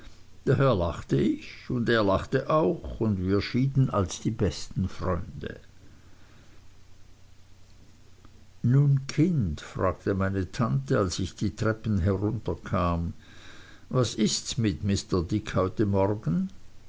daher lachte ich und er lachte auch und wir schieden als die besten freunde nun kind fragte meine tante als ich die treppen herunterkam was ists mit mr dick heute morgen